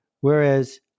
Whereas